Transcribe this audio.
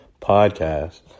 Podcast